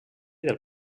del